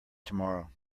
tomorrow